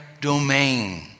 domain